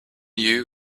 you